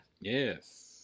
Yes